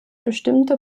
bestimmte